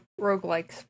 roguelikes